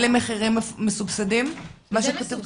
אלה מחירים מסובסדים מה שמופיע כאן?